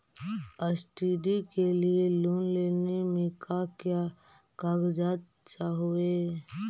Study के लिये loan लेने मे का क्या कागजात चहोये?